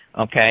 Okay